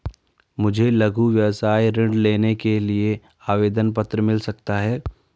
मुझे लघु व्यवसाय ऋण लेने के लिए आवेदन पत्र मिल सकता है?